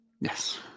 yes